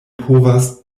povas